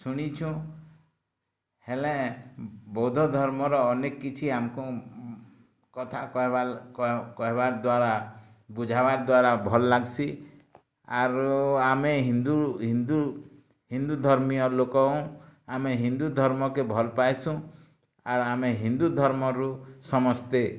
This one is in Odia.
ଶୁଣିଛୁଁ ହେଲେ ବୌଦ୍ଧ ଧର୍ମର ଅନେକ କିଛି ଆମକୁ କଥା କହେବାର୍ ଦ୍ଵାରା ବୁଝାବାର୍ ଦ୍ଵାରା ଭଲ୍ ଲାଗ୍ସି ଆରୁ ଆମେ ହିନ୍ଦୁ ହିନ୍ଦୁ ହିନ୍ଦୁ ଧର୍ମୀୟ ଲୋକ ହୁଁ ଆମେ ହିନ୍ଦୁ ଧର୍ମକେ ଭଲ୍ ପାଏସୁଁ ଆର୍ ଆମେ ହିନ୍ଦୁ ଧର୍ମରୁ ସମସ୍ତେ